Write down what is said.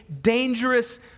dangerous